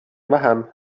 vähem